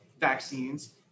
vaccines